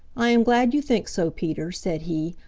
i am glad you think so, peter, said he.